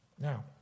Now